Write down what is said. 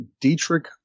Dietrich